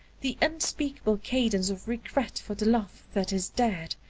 the unspeakable cadence of regret for the love that is dead,